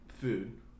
food